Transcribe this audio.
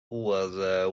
whether